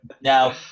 Now